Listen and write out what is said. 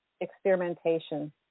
experimentation